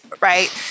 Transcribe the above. right